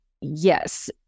Yes